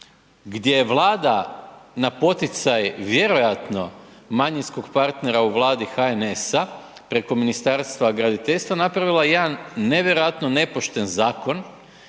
gdje Vlada na poticaj vjerojatno manjinskog partnera u Vladi HNS-a preko Ministarstva graditeljstva napravila jedan nevjerojatno nepošten zakon